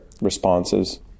responses